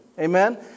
Amen